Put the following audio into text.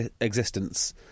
existence